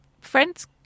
friends